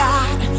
God